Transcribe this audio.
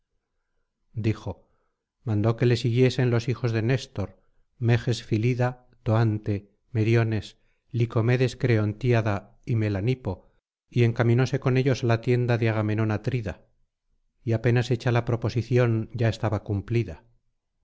dijo mandó que le siguiesen los hijos de néstor meges filida toante meriones licomedes creontíada y melanipo y encaminóse con ellos á la tienda de agamenón atrida y apenas hecha la proposición ya estaba cumplida